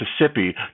Mississippi